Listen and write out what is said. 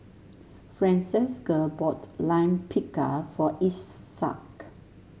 Francesca bought Lime Pickle for Isaak